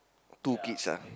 two kids ah